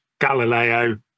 Galileo